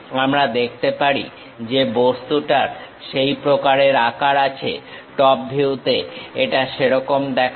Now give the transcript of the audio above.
আমরা দেখতে পারি যে বস্তুটার সেই প্রকারের আকার আছে টপ ভিউতে এটা সেরকম দেখায়